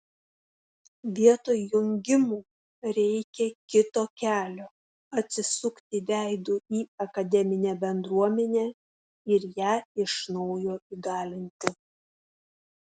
vietoj jungimų reikia kito kelio atsisukti veidu į akademinę bendruomenę ir ją iš naujo įgalinti